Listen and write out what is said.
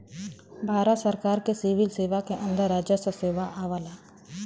भारत सरकार के सिविल सेवा के अंदर राजस्व सेवा आवला